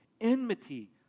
enmity